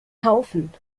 haufen